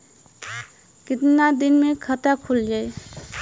कितना दिन मे खाता खुल जाई?